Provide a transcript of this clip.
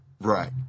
Right